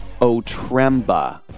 Otremba